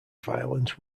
violence